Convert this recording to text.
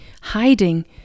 hiding